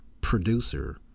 producer